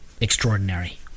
extraordinary